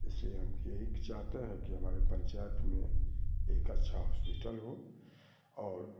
इसलिए हम यही चाहते हैं कि हमारे पंचायत में एक अच्छा हॉस्पिटल हो और